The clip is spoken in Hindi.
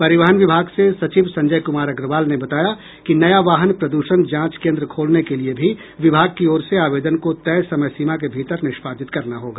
परिवहन विभाग से सचिव संजय कुमार अग्रवाल ने बताया कि नया वाहन प्रद्षण जांच केन्द्र खोलने के लिए भी विभाग की ओर से आवेदन को तय समय सीमा के भीतर निष्पादित करना होगा